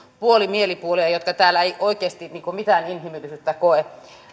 puolimielipuolia jotka täällä eivät oikeasti mitään inhimillisyyttä koe